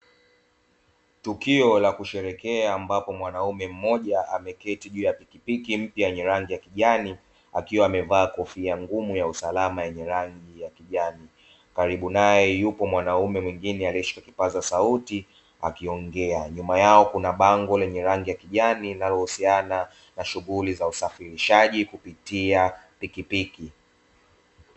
Tukio la kusherehekea ambapo mwanaume mmoja ameketi juu ya pikipiki mpya yenye rangi ya kijani, akiwa amevaa kofia ngumu ya usalama yenye rangi ya kijani. Karibu naye yupo mwanaume mwingine aliyeshika kipaza sauti akiongea. Nyuma yao Kuna bango lenye rangi ya kijani linalohusiana na shughuli za usafirishaji kupitia pikipiki.